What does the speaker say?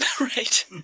Right